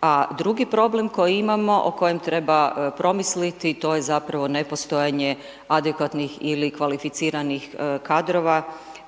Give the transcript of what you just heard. A drugi problem koji imamo o kojem treba promisliti, to je zapravo nepostojanje adekvatnih ili kvalificiranih kadrova,